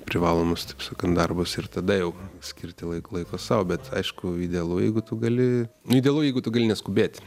privalomus taip sakant darbus ir tada jau skirti laiko sau bet aišku idealu jeigu tu gali idealu jeigu tu gali neskubėti